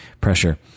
pressure